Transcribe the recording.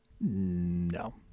No